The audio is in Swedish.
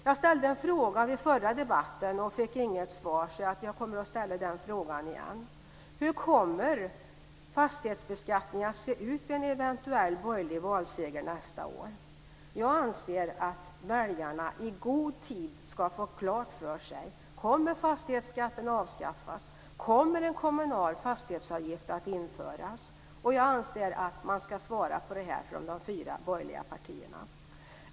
Jag ställde en fråga vid förra debatten och fick inget svar, så jag kommer att ställa den frågan igen: Hur kommer fastighetsbeskattningen att se ut vid en eventuell borgerlig valseger nästa år? Jag anser att väljarna i god tid ska få klart för sig: Kommer fastighetsskatten att avskaffas och kommer en kommunal fastighetsavgift att införas? Jag anser att man ska svara på det här från de fyra borgerliga partierna.